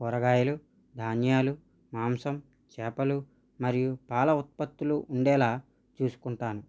కూరగాయలు ధాన్యాలు మాంసం చేపలు మరియు పాల ఉత్పత్తులు ఉండేలా చూసుకుంటాను